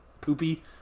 poopy